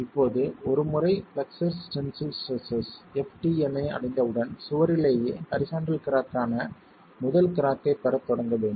இப்போது ஒருமுறை flexure tensile stresses ftn ஐ அடைந்தவுடன் சுவரிலேயே ஹரிசாண்டல் கிராக் ஆன முதல் கிராக் ஐப் பெறத் தொடங்க வேண்டும்